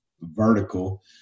vertical